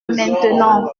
maintenant